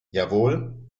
jawohl